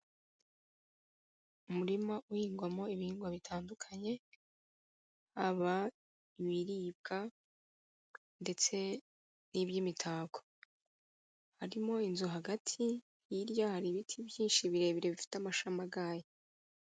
Umurima uhingwamo ibihingwa bitandukanye, haba ibibwa ndetse n'iby'imitako, harimo inzu hagati, hirya hari ibiti byinshi birebire bifite amashami agaye.